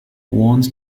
warns